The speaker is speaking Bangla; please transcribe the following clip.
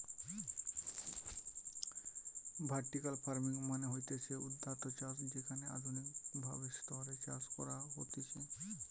ভার্টিকাল ফার্মিং মানে হতিছে ঊর্ধ্বাধ চাষ যেখানে আধুনিক ভাবে স্তরে চাষ করা হতিছে